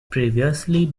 previously